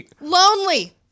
Lonely